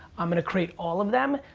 i'm gonna create all of them.